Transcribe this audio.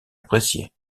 appréciée